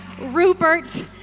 Rupert